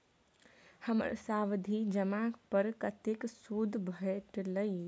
हमर सावधि जमा पर कतेक सूद भेटलै?